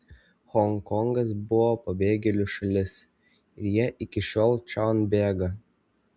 honkongas buvo pabėgėlių šalis ir jie iki šiol čion bėga